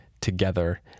together